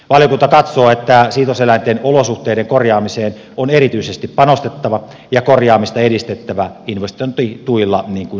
valiokunta katsoo että siitoseläinten olosuhteiden korjaamiseen on erityisesti panostettava ja korjaamista edistettävä investointituilla niin kuin nytkin on tehty